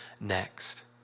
next